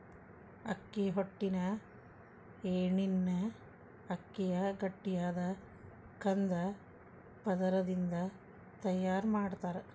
ಅಕ್ಕಿ ಹೊಟ್ಟಿನ ಎಣ್ಣಿನ ಅಕ್ಕಿಯ ಗಟ್ಟಿಯಾದ ಕಂದ ಪದರದಿಂದ ತಯಾರ್ ಮಾಡ್ತಾರ